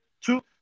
two